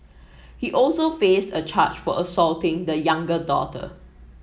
he also faced a charge for assaulting the younger daughter